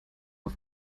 auf